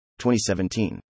2017